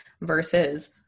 versus